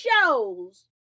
shows